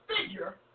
figure